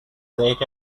set